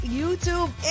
YouTube